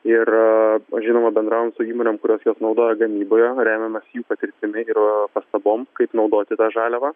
ir žinoma bendravom su įmonėm kurios juos naudoja gamyboje remiamės jų patirtimi ir pastabom kaip naudoti tą žaliavą